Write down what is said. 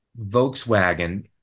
Volkswagen